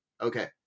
Okay